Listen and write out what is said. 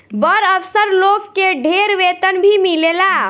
बड़ अफसर लोग के ढेर वेतन भी मिलेला